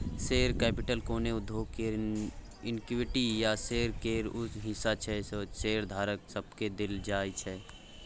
share capital कोनो उद्योग केर इक्विटी या शेयर केर ऊ हिस्सा छै जे शेयरधारक सबके देल जाइ छै